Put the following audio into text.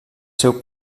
seu